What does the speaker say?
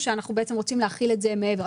או שאנחנו בעצם רוצים להחיל את זה מעבר?